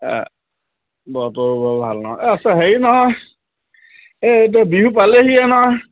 অঁ বতৰ বৰ ভাল নহয় এই হেৰি নহয় এই বিহু পালেহিয়ে নহয়